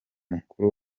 mukuru